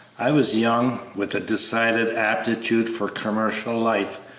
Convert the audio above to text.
i was young, with a decided aptitude for commercial life,